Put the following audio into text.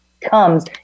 comes